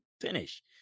finish